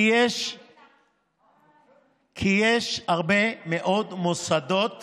יש הרבה מאוד מוסדות